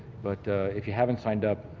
but if you haven't signed up,